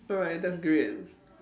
alright that's great